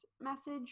message